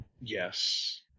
Yes